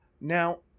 Now